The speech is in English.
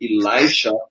Elisha